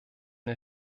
der